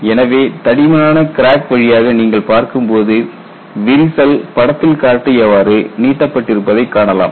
எனவே தடிமனான கிராக் வழியாக நீங்கள் பார்க்கும்போது விரிசல் படத்தில் காட்டியவாறு நீட்டப்பட்டிருப்பதைக் காணலாம்